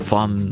Fun